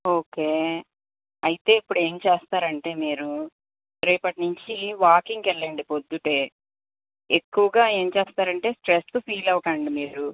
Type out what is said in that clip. okay అయితే ఇప్పుడేం చేస్తారంటే మీరు రేపటి నుంచి వాకింగుకీ వెళ్ళండి పొద్దుటే ఎక్కువగా ఏం చేస్తారంటే స్ట్రెస్ ఫీల్ అవకండి మీరు